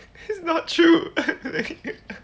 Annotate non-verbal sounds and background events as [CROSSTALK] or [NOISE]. it's not true [LAUGHS]